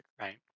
right